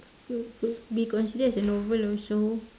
could could be consider as a novel also